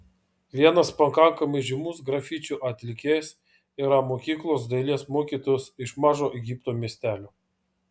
vienas pakankamai žymus grafičių atlikėjas yra mokyklos dailės mokytojas iš mažo egipto miestelio